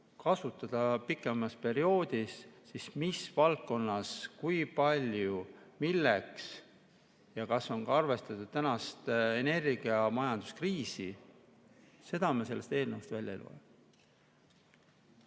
kasutada pikemas perioodis, siis mis valdkonnas, kui palju, milleks ja kas on ka arvestatud tänast energiamajanduskriisi – seda me sellest eelnõust välja ei loe.